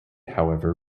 however